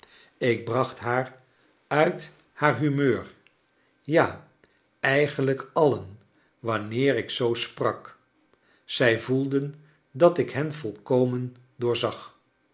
ik bracht haar uit haar humeur ja eigenlijk alien wanneer ik zoo sprak zij voelden dat ik hen volkomen doorzag